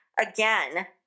again